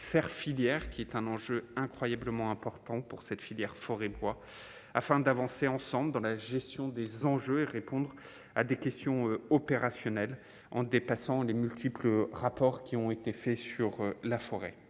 faire filières qui est un enjeu incroyablement important pour cette filière forêt, Bois afin d'avancer ensemble dans la gestion des enjeux et répondre à des questions opérationnelles en dépassant les multiples rapports qui ont été faits sur la forêt